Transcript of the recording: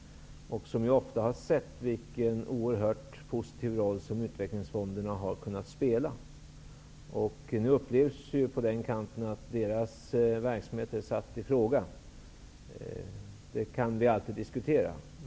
Där har man ofta sett vilken oerhört positiv roll som utvecklingsfonderna har kunnat spela. Det upplevs från deras sida sida så, att deras verkamhet är satt i fråga, vilket man alltid kan diskutera.